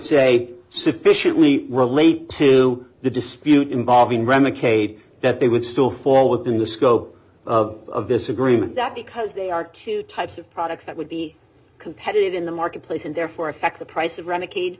say sufficiently relate to the dispute involving remicade that they would still fall within the scope of this agreement that because they are two types of products that would be competitive in the marketplace and therefore affect the price of renegade